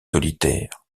solitaires